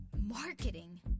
Marketing